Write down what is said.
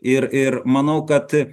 ir ir manau kad